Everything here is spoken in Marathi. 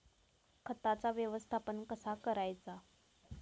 खताचा व्यवस्थापन कसा करायचा?